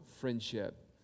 friendship